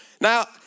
Now